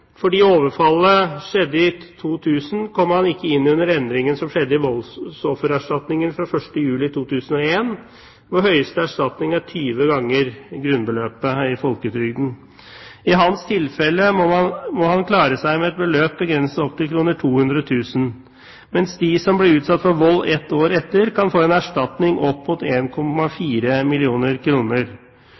Fordi overfallet skjedde i 2000, kom han ikke inn under endringen som skjedde i voldsoffererstatningen fra 1. juli 2001, hvor høyeste erstatning er 20 ganger grunnbeløpet i folketrygden. Han må klare seg med et beløp begrenset opp til 200 000 kr, mens de som ble utsatt for vold ett år etter, kan få en erstatning opp mot